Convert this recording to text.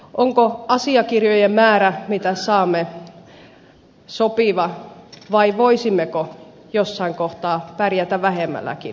onko niiden asiakirjojen määrä jotka saamme sopiva vai voisimmeko jossain kohtaa pärjätä vähemmälläkin